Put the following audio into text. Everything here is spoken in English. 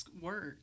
work